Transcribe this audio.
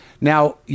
Now